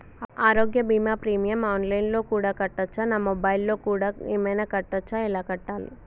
ఆరోగ్య బీమా premium online లో కూడా కట్టచ్చా? నా మొబైల్లో కూడా ఏమైనా కట్టొచ్చా? ఎలా కట్టాలి?